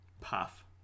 Puff